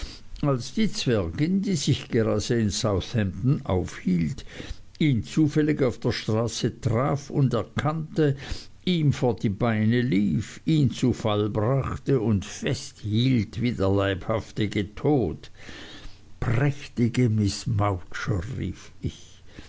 als die zwergin die sich gerade in southampton aufhielt ihn zufällig auf der straße traf und erkannte ihm vor die beine lief ihn zu fall brachte und festhielt wie der leibhaftige tod prächtige miß mowcher rief ich